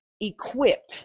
equipped